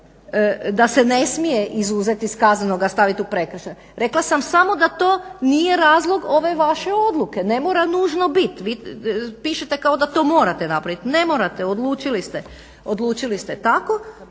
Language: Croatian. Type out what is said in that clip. da se ne smije izuzeti iz kaznenoga i staviti u prekršaj. Rekla sam samo da to nije razlog ove vaše odluke. Ne mora nužno bit. Vi pištite kao da to morate napraviti. Ne morate, odlučili ste tako